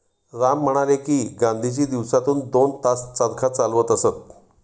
राम म्हणाले की, गांधीजी दिवसातून दोन तास चरखा चालवत असत